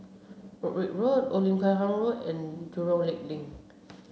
Broadrick Road Old Lim Chu Kang Road and Jurong Lake Link